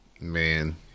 man